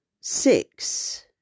six